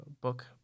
book